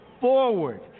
forward